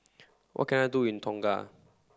what can I do in Tonga